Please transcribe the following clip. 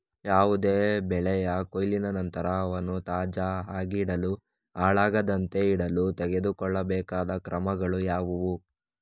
ಯಾವುದೇ ಬೆಳೆಯ ಕೊಯ್ಲಿನ ನಂತರ ಅವನ್ನು ತಾಜಾ ಆಗಿಡಲು, ಹಾಳಾಗದಂತೆ ಇಡಲು ತೆಗೆದುಕೊಳ್ಳಬೇಕಾದ ಕ್ರಮಗಳು ಯಾವುವು?